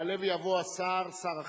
יעלה ויבוא השר, שר החינוך,